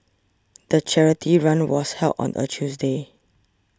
the charity run was held on a Tuesday